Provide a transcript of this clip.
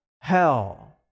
hell